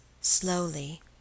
slowly